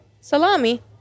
salami